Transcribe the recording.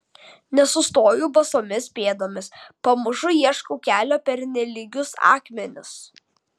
nesustoju basomis pėdomis pamažu ieškau kelio per nelygius akmenis